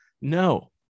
No